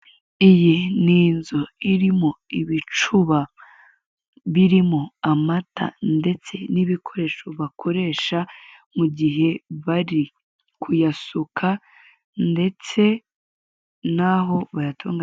Iyi ni inzu irimo ibicuba birimo amata ndetse n'ibikoresho bakoresha mu gihe bari kuyasuka ndetse n'aho batunganyiriza.